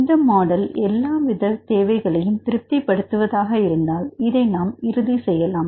இந்த மாடல் எல்லாவித தேவைகளையும் திருப்தி படுத்துவதாக இருந்தால் இதை நாம் இறுதி செய்யலாம்